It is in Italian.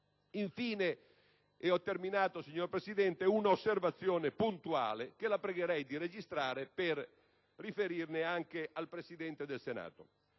Infine - e ho terminato, signor Presidente - un'osservazione puntuale che la pregherei di registrare per riferirne anche al Presidente del Senato.